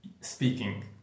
speaking